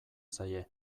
zaie